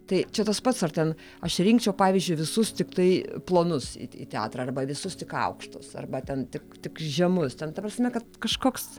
tai čia tas pats ar ten aš rinkčiau pavyzdžiui visus tiktai plonus į į teatrą arba visus tik aukštus arba ten tik tik žemus ten ta prasme kad kažkoks